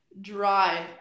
dry